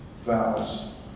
vows